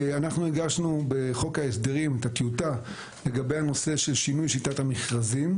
אנחנו הגשנו בחוק ההסדרים את הטיוטה לגבי הנושא של שינוי שיטת המכרזים,